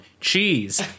Cheese